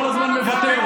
כל הזמן מוותר,